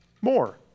more